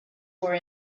were